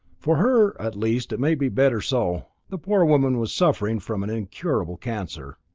for her, at least, it may be better so. the poor woman was suffering from an incurable cancer.